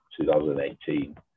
2018